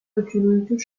өчүрүүчү